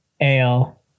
ale